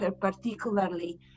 particularly